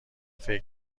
فکر